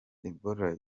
deborah